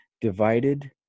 divided